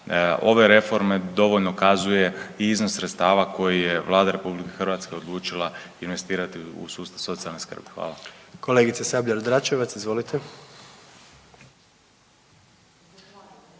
ove reforme dovoljno kazuje i iznos sredstava koji je Vlada RH odlučila investirati u sustav socijalne skrbi. Hvala. **Aladrović, Josip